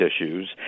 issues